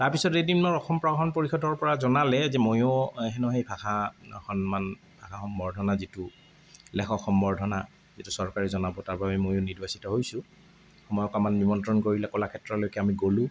তাৰপাছত এদিন মোক অসম প্ৰকাশন পৰিষদৰ পৰা জনালে যে ময়ো হেনো সেই ভাষা সন্মান সম্বৰ্ধনা যিটো লেখক সম্বৰ্ধনা যিটো চৰকাৰে জনাব তাৰবাবে ময়ো নিৰ্বাচিত হৈছোঁ আমাক নিমন্ত্ৰণ কৰিলে কলাক্ষেত্ৰলৈকে আমি গলোঁ